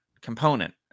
component